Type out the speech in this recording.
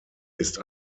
ist